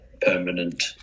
permanent